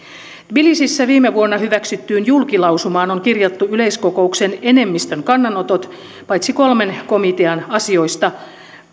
tbilisissä viime vuonna hyväksyttyyn julkilausumaan on kirjattu yleiskokouksen enemmistön kannanotot paitsi kolmen komitean asioista